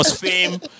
fame